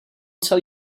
tell